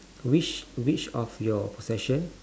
which which of your possession